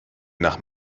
nach